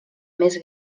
més